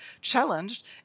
challenged